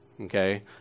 okay